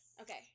Okay